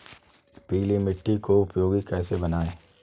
पीली मिट्टी को उपयोगी कैसे बनाएँ?